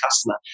customer